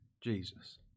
Jesus